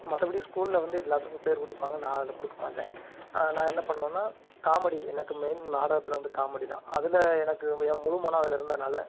மற்றபடி ஸ்கூலில் வந்து எல்லாத்துக்கும் பேர் கொடுப்பாங்க நான் அதில் கொடுக்க மாட்டேன் நான் என்ன பண்ணுவேன்னா காமெடி எனக்கு மெயின் நாடகத்தில் வந்து காமெடி தான் அதில் எனக்கு என் முழுமனம் அதில் இருந்ததுனால்